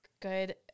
Good